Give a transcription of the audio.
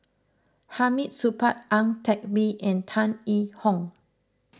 Hamid Supaat Ang Teck Bee and Tan Yee Hong